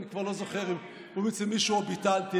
אני כבר לא זוכר אם הוא אצל מישהו או שביטלתם.